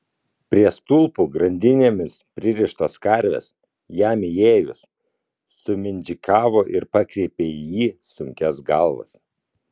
prie stulpų grandinėmis pririštos karvės jam įėjus sumindžikavo ir pakreipė į jį sunkias galvas